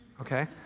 okay